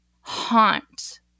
haunt